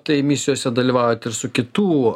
tai misijose dalyvaujat ir su kitų